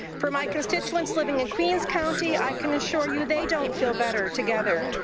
for my constituents living in queens county, i can assure you, they don't feel better together,